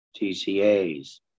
TCAs